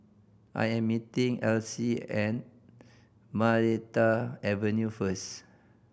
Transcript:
I am meeting Alcee and Maranta Avenue first